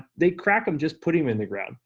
they crack em just putting them in the ground,